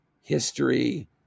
history